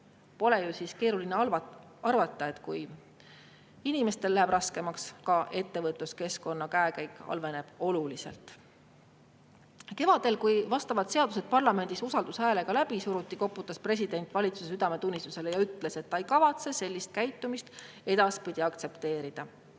Pole ju keeruline arvata, et kui inimestel läheb raskemaks, siis ka ettevõtluskeskkonna käekäik halveneb oluliselt. Kevadel, kui vastavad seadused parlamendis usaldus[hääletusega] läbi suruti, koputas president valitsuse südametunnistusele ja ütles, et ta ei kavatse sellist käitumist edaspidi aktsepteerida.